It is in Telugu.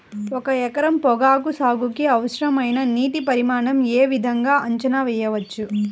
ఒక ఎకరం పొగాకు సాగుకి అవసరమైన నీటి పరిమాణం యే విధంగా అంచనా వేయవచ్చు?